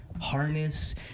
harness